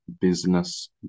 business